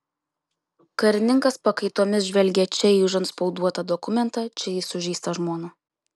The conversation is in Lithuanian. karininkas pakaitomis žvelgė čia į užantspauduotą dokumentą čia į sužeistą žmoną